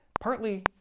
partly